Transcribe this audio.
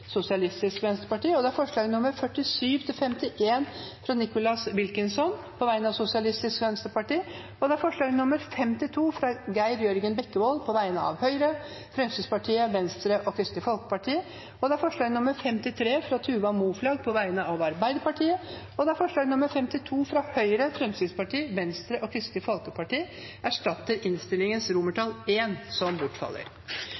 og Sosialistisk Venstreparti forslagene nr. 47–51, fra Nicholas Wilkinson på vegne av Sosialistisk Venstreparti forslag nr. 52, fra Geir Jørgen Bekkevold på vegne av Høyre, Fremskrittspartiet, Venstre og Kristelig Folkeparti Forslag nr. 53, fra Tuva Moflag på vegne av Arbeiderpartiet. Forslag nr. 52, fra Høyre, Fremskrittspartiet, Venstre og Kristelig Folkeparti erstatter innstillingens